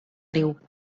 riu